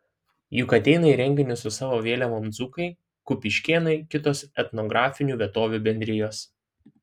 juk ateina į renginius su savo vėliavom dzūkai kupiškėnai kitos etnografinių vietovių bendrijos